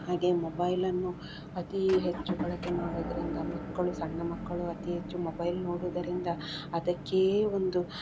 ಹಾಗೆ ಮೊಬೈಲನ್ನು ಅತೀ ಹೆಚ್ಚು ಬಳಕೆ ಮಾಡುದರಿಂದ ಮಕ್ಕಳು ಸಣ್ಣ ಮಕ್ಕಳು ಅತೀ ಹೆಚ್ಚು ಮೊಬೈಲ್ ನೋಡುವುದರಿಂದ ಅದಕ್ಕೆ ಒಂದು